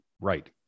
Right